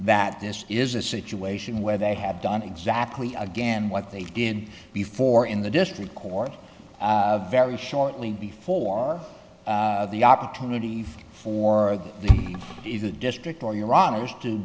that this is a situation where they have done exactly again what they did before in the district court very shortly before the opportunity for that is a district or your honor is to